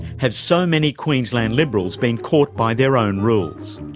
have so many queensland liberals been caught by their own rules?